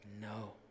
No